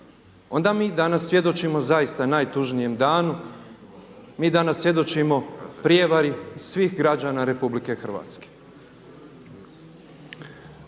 onda mi danas svjedočimo zaista najtužnijem danu, mi danas svjedočimo prijevari svih građana RH.